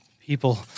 people